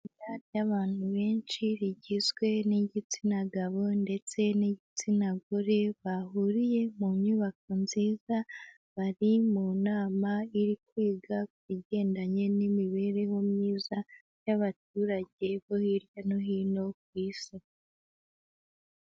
Itsinda ry'abantu benshi rigizwe n'igitsina gabo ndetse n'igitsina gore, bahuriye mu nyubako nziza bari mu nama iri kwiga ku bigendanye n'imibereho myiza y'abaturage bo hirya no hino ku isi.